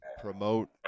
promote